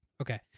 Okay